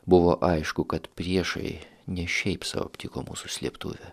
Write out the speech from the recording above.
buvo aišku kad priešai ne šiaip sau aptiko mūsų slėptuvę